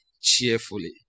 cheerfully